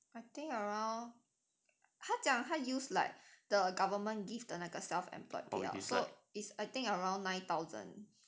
I think around 他讲他 use like the government give 的那个 self-employed so is I think around nine thousand